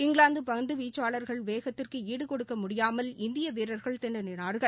இங்கிலாந்து பந்துவீச்சாளா்களின் வேத்திற்கு ஈடுகொடுக்க முடியாமல் இந்திய வீரர்கள் திணறினா்கள்